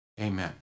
Amen